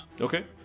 Okay